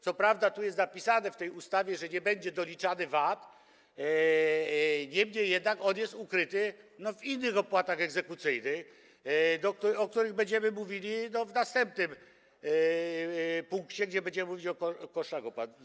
Co prawda jest napisane w tej ustawie, że nie będzie doliczany VAT, niemniej jednak on jest ukryty w innych opłatach egzekucyjnych, o których będziemy rozmawiali w następnym punkcie, gdy będziemy mówić o kosztach opłat.